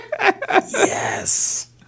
yes